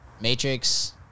Matrix